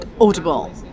Audible